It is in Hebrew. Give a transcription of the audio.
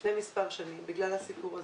לפני כמה שנים בגלל הסיפור הזה.